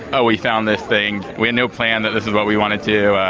oh we found this thing, we had no plan that this was what we wanted to do.